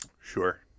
Sure